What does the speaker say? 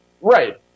Right